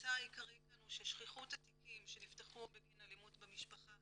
הממצא העיקרי כאן הוא ששכיחות התיקים שנפתחו בגין אלימות במשפחה